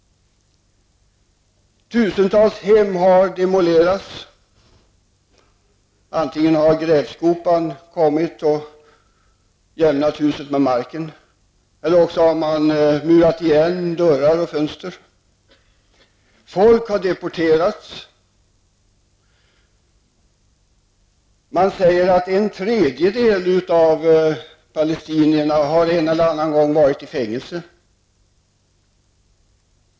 Tusentals hem har demolerats. Antingen har grävskopan kommit och jämnat huset med marken eller också har man murat igen dörrar och fönster. Människor har deporterats, och det sägs att en tredjedel av palestinierna en eller annan gång har suttit fängslad.